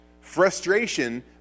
Frustration